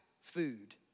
food